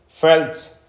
felt